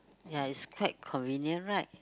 ya it's quite convenient right